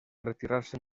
retirarse